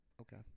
Okay